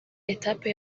etape